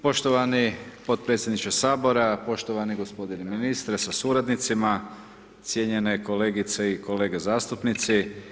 Poštovani potpredsjedniče Sabora, poštovani gospodine ministre sa suradnicima, cijenjene kolegice i kolege zastupnici.